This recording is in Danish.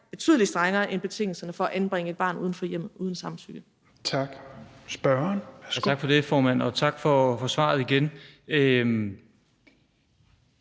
betydelig strengere end betingelserne for at anbringe et barn uden for hjemmet uden samtykke. Kl. 13:31 Tredje næstformand